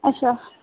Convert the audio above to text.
अच्छा